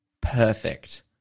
perfect